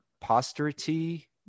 posterity